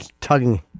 tugging